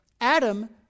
Adam